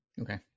Okay